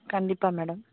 கண்டிப்பாக மேடம்